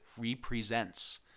represents